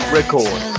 record